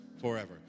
forever